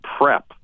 prep